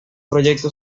proyecto